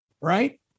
right